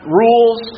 rules